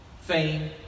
fame